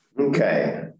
okay